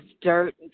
dirt